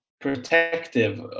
protective